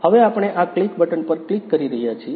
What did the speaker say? હવે આપણે આ ક્લિક બટન પર ક્લિક કરી રહ્યા છીએ